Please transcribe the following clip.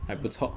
还不错